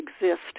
exist